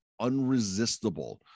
unresistible